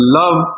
love